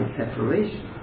separation